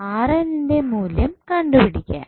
ന്റെ മൂല്യം കണ്ടുപിടിക്കുവാൻ